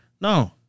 No